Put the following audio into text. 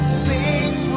sing